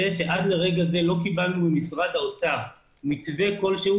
זה שעד לרגע זה לא קיבלנו ממשרד האוצר מתווה כלשהו